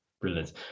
Brilliant